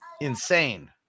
Insane